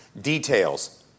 details